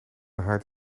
haard